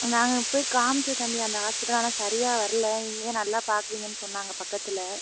நாங்கள் போய் காமித்தோம் தம்பி அந்த ஹாஸ்பிட்டலில் ஆனால் சரியாக வரல நீங்கள் தான் நல்லா பார்க்குறீங்கனு சொன்னாங்க பக்கத்தில்